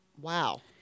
Wow